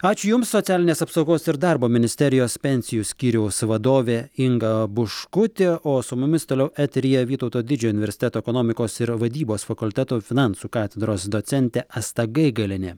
ačiū jums socialinės apsaugos ir darbo ministerijos pensijų skyriaus vadovė inga buškutė o su mumis toliau eteryje vytauto didžiojo universiteto ekonomikos ir vadybos fakulteto finansų katedros docentė asta gaigalienė